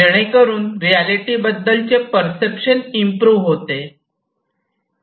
जेणेकरून रियालिटी बद्दलचे perception improvement होते